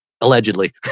Allegedly